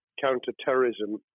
counter-terrorism